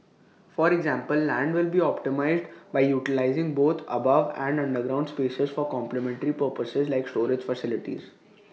for example land will be optimised by utilising both above and underground spaces for complementary purposes like storage facilities